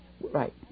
Right